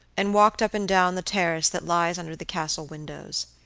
and walked up and down the terrace that lies under the castle windows.